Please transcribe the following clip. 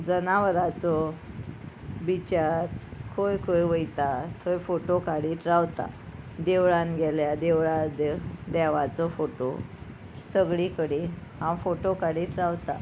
जनावरांचो विचार खंय खंय वयता थंय फोटो काडीत रावता देवळान गेल्यार देवळान देवाचो फोटो सगळे कडेन हांव फोटो काडीत रावता